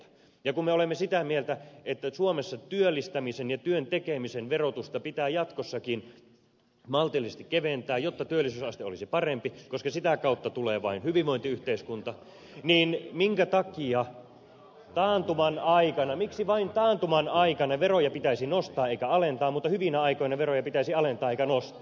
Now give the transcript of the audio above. ja kun me olemme sitä mieltä että suomessa työllistämisen ja työn tekemisen verotusta pitää jatkossakin maltillisesti keventää jotta työllisyysaste olisi parempi koska vain sitä kautta tulee hyvinvointiyhteiskunta niin minkä takia vain taantuman aikana veroja pitäisi nostaa eikä alentaa mutta hyvinä aikoina veroja pitäisi alentaa eikä nostaa